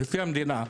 לפי המדינה,